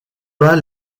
pas